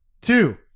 Two